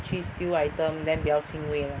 去 steal item then 比较轻微 lah